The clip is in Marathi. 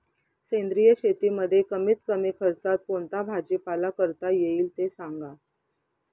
सेंद्रिय शेतीमध्ये कमीत कमी खर्चात कोणता भाजीपाला करता येईल ते सांगा